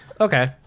Okay